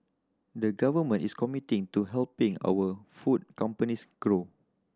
the Government is committed to helping our food companies grow